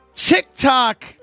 TikTok